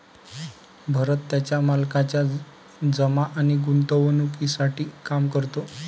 भरत त्याच्या मालकाच्या जमा आणि गुंतवणूकीसाठी काम करतो